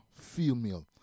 female